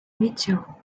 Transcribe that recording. mitchell